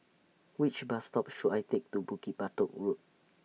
Which Bus stop should I Take to Bukit Batok Road